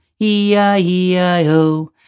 E-I-E-I-O